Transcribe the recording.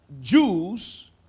Jews